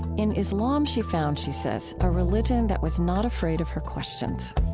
in islam, she found, she says, a religion that was not afraid of her questions